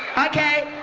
okay.